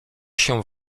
się